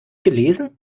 gelesen